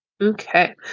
Okay